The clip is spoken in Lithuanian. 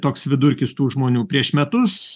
toks vidurkis tų žmonių prieš metus